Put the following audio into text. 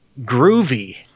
groovy